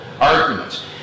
arguments